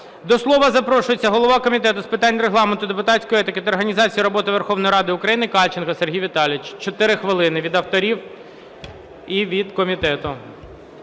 До слова запрошується голова Комітету з питань Регламенту, депутатської етики та організації роботи Верховної Ради України Кальченко Сергій Віталійович. Чотири хвилини від авторів і від комітету.